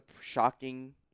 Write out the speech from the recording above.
shocking